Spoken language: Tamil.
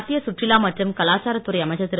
மத்திய சுற்றுலா மற்றும் கலாச்சாரத் துறை அமைச்சர் திரு